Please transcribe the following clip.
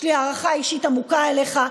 יש לי הערכה אישית עמוקה אליך,